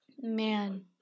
Man